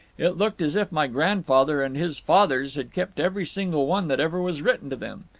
it looked as if my grandfather and his fathers had kept every single one that ever was written to them.